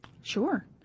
Sure